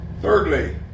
Thirdly